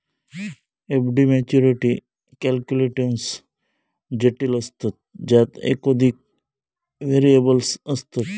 FD maturity calculations जटिल असतत ज्यात एकोधिक व्हेरिएबल्स असतत